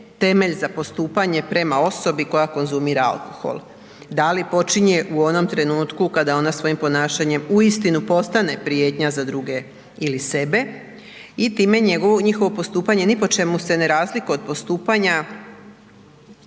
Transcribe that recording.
temelj za postupanje prema osobi koja konzumira alkohol. Da li počinje u onom trenutku kada ona svojim ponašanjem uistinu postane prijetnja za druge ili sebe i time njihovo postupanje ni po čemu se ne razlikuje od postupanja